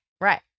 right